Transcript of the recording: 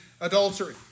adultery